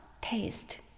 taste